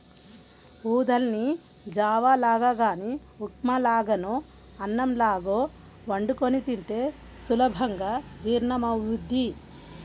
ఊదల్ని జావ లాగా గానీ ఉప్మా లాగానో అన్నంలాగో వండుకొని తింటే సులభంగా జీర్ణమవ్వుద్ది